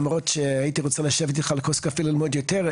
למרות שהייתי רוצה לשבת איתך על כוס קפה ללמוד יותר.